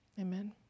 Amen